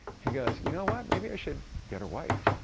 he goes, you know what, maybe i should get a wife.